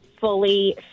fully